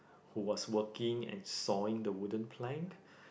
was walking and sawing the wooden plank